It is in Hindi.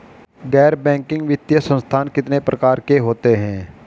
गैर बैंकिंग वित्तीय संस्थान कितने प्रकार के होते हैं?